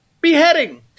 Beheading